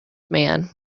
man